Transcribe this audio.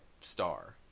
star